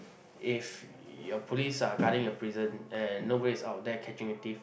if your police are guarding a prison and nobody is out there catching a thief